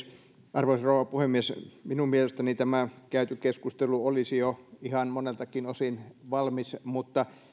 arvoisa rouva puhemies minun mielestäni tämä käyty keskustelu olisi jo ihan moneltakin osin valmis mutta